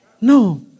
No